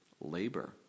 labor